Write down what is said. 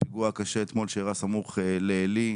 הפיגוע הקשה אתמול שאירע סמוך לעלי.